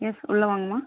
S உள்ளே வாங்கம்மா